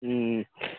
ہوں